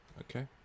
Okay